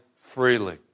freely